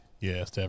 Yes